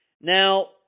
Now